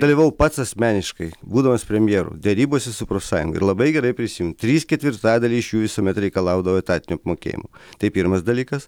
dalyvavau pats asmeniškai būdamas premjeru derybose su profsąjunga ir labai gerai prisimenu trys ketvirtadaliai iš jų visuomet reikalaudavo etatinio apmokėjimo tai pirmas dalykas